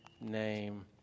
name